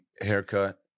haircut